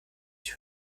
sich